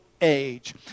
age